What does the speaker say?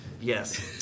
Yes